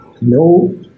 no